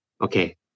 Okay